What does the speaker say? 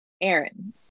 Aaron